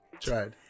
Tried